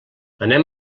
anem